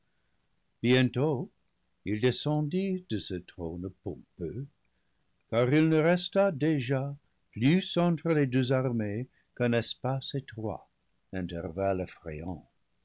bientôt il des cendit de ce trône pompeux car il ne resta déjà plus entre les deux armées qu'un espace étroit intervalle